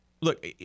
look